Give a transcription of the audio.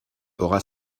aura